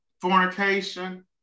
fornication